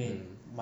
mm